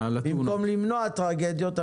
במקום למנוע טרגדיות,